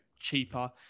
cheaper